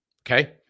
okay